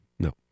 No